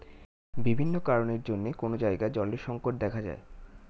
বিভিন্ন কারণের জন্যে কোন জায়গায় জলের সংকট দেখা যায়